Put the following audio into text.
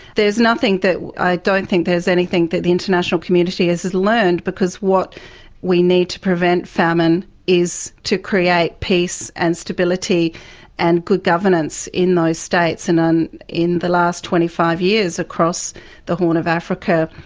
there's nothing that. i don't think there's anything that the international community has learned, because what we need to prevent famine is to create peace and stability and good governance in those states. and and in the last twenty five years across the horn of africa,